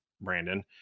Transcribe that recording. Brandon